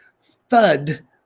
thud